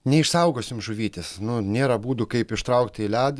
neišsaugosim žuvytės nu nėra būdų kaip ištraukti į ledą